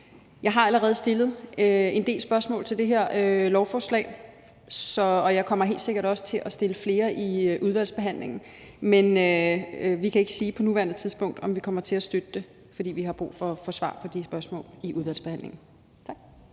Jeg har allerede stillet en del spørgsmål til det her lovforslag, og jeg kommer helt sikkert også til at stille flere i udvalgsbehandlingen, men vi kan ikke sige på nuværende tidspunkt, om vi kommer til at støtte det, for vi har brug for at få svar på de spørgsmål i udvalgsbehandlingen. Tak.